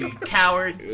Coward